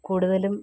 കൂടുതലും